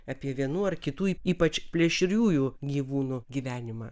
apie vienų ar kitų ypač plėšriųjų gyvūnų gyvenimą